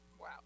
Wow